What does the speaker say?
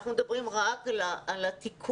אנחנו מדברים רק על התיקון.